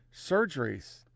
surgeries